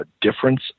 difference